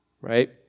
right